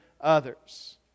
others